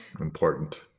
important